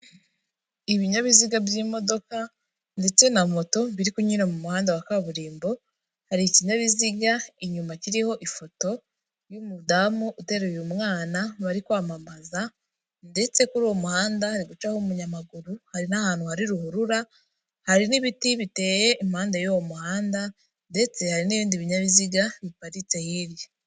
Ibinyabiziga by'imodoka ndetse na moto biri kunyura mu muhanda wa kaburimbo, hari ikinyabiziga inyuma kiriho ifoto y'umudamu uteruye umwana bari kwamamaza ndetse kuri uwo muhanda hari gucaho umunyamaguru, hari n'ahantu hari ruhurura, hari n'ibiti biteye impande y'uwo muhanda ndetse hari n'ibindi binyabiziga biparitse hirya.